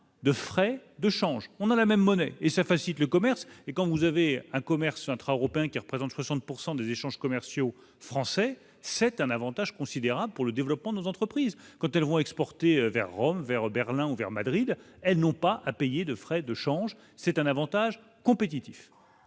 de frais de change, on a la même monnaie et ça facilite le commerce et quand vous avez un commerce intra-européen, qui représente 60 pourcent des échanges commerciaux français, c'est un Avantage considérable pour le développement de nos entreprises, quand elles vont exporter vers Rome vers Berlin ou vers Madrid, elles n'ont pas à payer de frais de change, c'est un Avantage compétitif